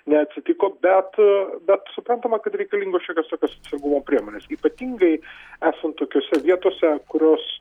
neatsitiko bet bet suprantama kad reikalingos šiokios tokios atsargumo priemonės ypatingai esant tokiose vietose kurios